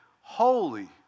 holy